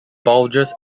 bulges